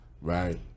Right